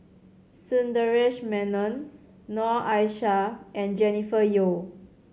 Sundaresh Menon Noor Aishah and Jennifer Yeo